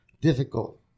difficult